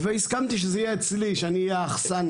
והסכמתי שזה יהיה אצלי, שאני אהיה האכסניה.